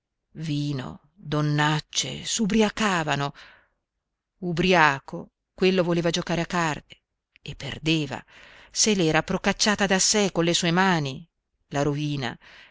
vino donnacce s'ubriacavano ubriaco quello voleva giocare a carte e perdeva se l'era procacciata da sé con le sue mani la rovina